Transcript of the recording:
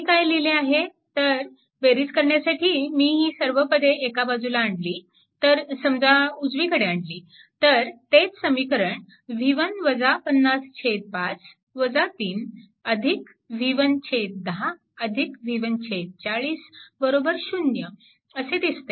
मी काय लिहिले आहे तर बेरीज करण्यासाठी मीही सर्व पदे एका बाजूला आणली तर समजा उजवीकडे आणली तर तेच समीकरण 5 3 v110 v140 0 असे दिसते